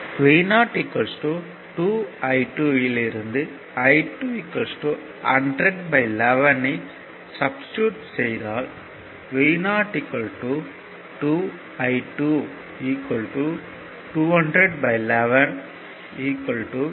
Vo 2 I2 இல் இருந்து I2 100 11 ஐ சப்ஸ்டிடுட் செய்தால் Vo 2 I 2 20011 18